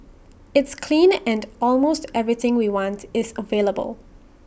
it's clean and almost everything we want is available